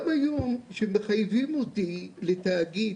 גם היום, שמחייבים אותי לתאגיד,